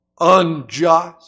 unjust